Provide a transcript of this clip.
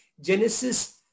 Genesis